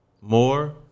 more